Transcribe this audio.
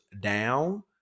down